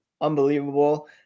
unbelievable